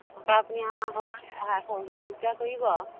তাপা আপুনি আমাক অকমান সহায় সহযোগিতা কৰিব আৰু